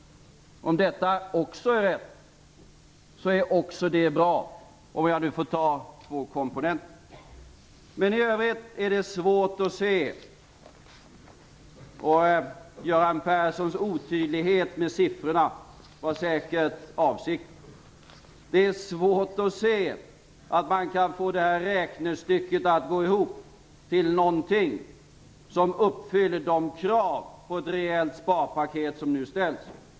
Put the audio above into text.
Om också detta är rätt uppfattat, är också det bra - för att ta två komponenter. Men i övrigt är det svårt att få någon uppfattning. Göran Perssons otydlighet när det gäller siffrorna var säkert avsiktlig. Det är svårt att se hur man kan få det här räknestycket att gå ihop till någonting som uppfyller de krav på ett rejält sparpaket som nu ställs.